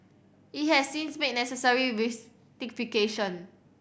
it has since made necessary with